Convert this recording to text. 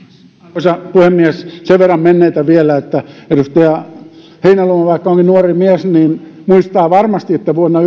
arvoisa puhemies sen verran menneitä vielä että edustaja heinäluoma vaikka onkin nuori mies muistaa varmasti että vuonna